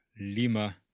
Lima